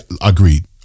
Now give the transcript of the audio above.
Agreed